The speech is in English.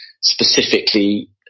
specifically